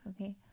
Okay